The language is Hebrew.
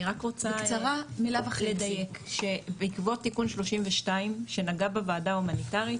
אני רק רוצה לדייק שבעקבות תיקון 32 שנגע בוועדה הומניטרית,